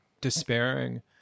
despairing